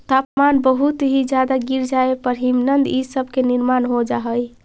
तापमान बहुत ही ज्यादा गिर जाए पर हिमनद इ सब के निर्माण हो जा हई